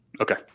Okay